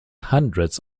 hundreds